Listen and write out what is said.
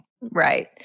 Right